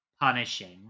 punishing